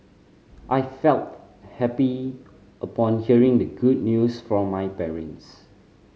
I felt happy upon hearing the good news from my parents